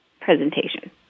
presentation